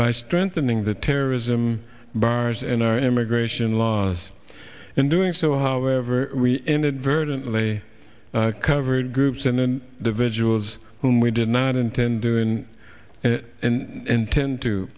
by strengthening the terrorism bars and our immigration laws and doing so however we inadvertently covered groups and the vigils whom we did not intend doing and intend to